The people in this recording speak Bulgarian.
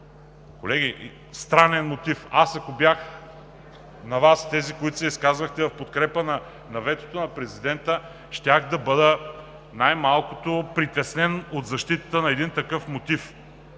Колеги, странен мотив, ако аз бях на Ваше място – на тези, които се изказвахте в подкрепа ветото на президента, щях да бъда най-малкото притеснен от защитата на един такъв мотив